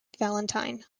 valentine